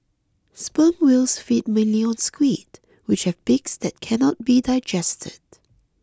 sperm whales feed mainly on squid which have beaks that cannot be digested